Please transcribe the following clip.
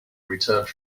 returned